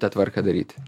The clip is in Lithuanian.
tą tvarką daryti